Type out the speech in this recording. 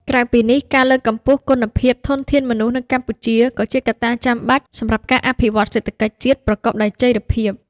ក្រៅពីនេះ ការលើកកម្ពស់គុណភាពធនធានមនុស្សនៅកម្ពុជា ក៏ជាកត្តាចាំបាច់សម្រាប់ការអភិវឌ្ឍសេដ្ឋកិច្ចជាតិប្រកបដោយចីរភាព។